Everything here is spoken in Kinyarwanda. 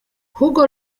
hugo